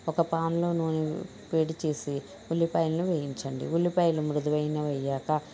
ఒక పాన్ లో నూనె వేడి చేసి ఉల్లిపాయలను వేయించండి ఉల్లిపాయలు మృదువైనవయ్యాక